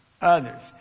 Others